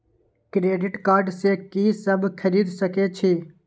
Credit card से की सब खरीद सकें छी?